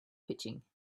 pitching